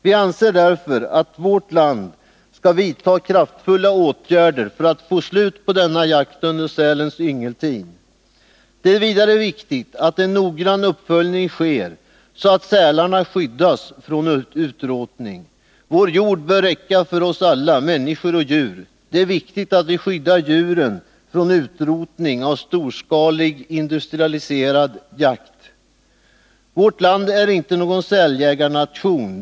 Vi anser därför att vårt land skall vidta kraftfulla åtgärder för att få slut på denna jakt under sälens yngeltid. Det är vidare viktigt att en noggrann uppföljning sker, så att sälarna skyddas från utrotning. Vår jord bör räcka för oss alla, människor och djur. Det är viktigt att vi skyddar djuren från utrotning av storskalig, industrialiserad jakt. Vårt land är inte någon säljägarnation.